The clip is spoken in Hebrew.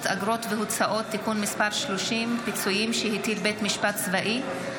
אגרות והוצאות (תיקון מס' 30) (פיצויים שהטיל בית משפט צבאי),